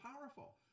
powerful